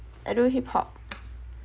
I don't hip hop